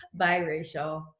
biracial